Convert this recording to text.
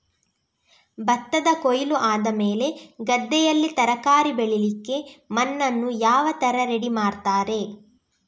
ಭತ್ತದ ಕೊಯ್ಲು ಆದಮೇಲೆ ಗದ್ದೆಯಲ್ಲಿ ತರಕಾರಿ ಬೆಳಿಲಿಕ್ಕೆ ಮಣ್ಣನ್ನು ಯಾವ ತರ ರೆಡಿ ಮಾಡ್ತಾರೆ?